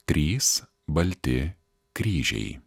trys balti kryžiai